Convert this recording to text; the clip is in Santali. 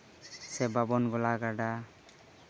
ᱥᱮ ᱵᱟᱵᱚᱱ ᱜᱳᱞᱟ ᱜᱟᱰᱟ